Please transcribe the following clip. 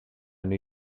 new